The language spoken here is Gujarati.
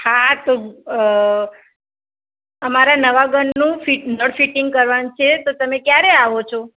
હા તો અઅ અમારાં નવાં ઘરનું ફી ફીટિંગ કરવાનું છે તો તમે ક્યારે આવો છો